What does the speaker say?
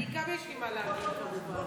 גם לי יש מה להגיד, כמובן.